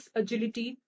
agility